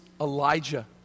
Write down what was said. Elijah